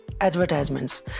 advertisements